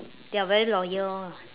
they are very loyal ah